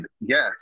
yes